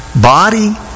body